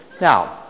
Now